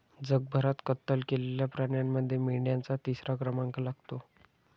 जगभरात कत्तल केलेल्या प्राण्यांमध्ये मेंढ्यांचा तिसरा क्रमांक लागतो